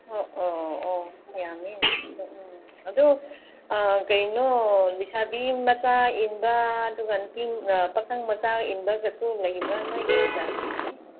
ꯑꯣ ꯑꯣ ꯑꯣ ꯌꯥꯝꯃꯤ ꯑꯗꯣ ꯎꯝ ꯑꯗꯨ ꯀꯩꯅꯣ ꯂꯩꯁꯥꯕꯤ ꯃꯆꯥ ꯏꯟꯕ ꯑꯗꯨꯒ ꯅꯨꯄꯤ ꯄꯥꯈꯪ ꯃꯆꯥꯅ ꯏꯟꯕꯒꯁꯨ ꯂꯩꯔꯤꯕ ꯅꯣꯏꯒꯤ ꯖꯥꯇꯤꯁꯦ